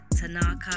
Tanaka